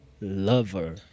lover